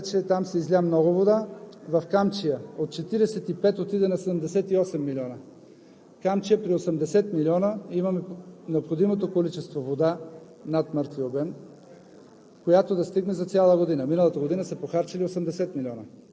Черноморието. Знаете, че там се изля много вода – „Камчия“ от 45 отиде на 78 милиона. При 80 милиона „Камчия“ има необходимото количество вода над мъртвия обем,